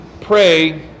pray